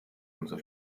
unser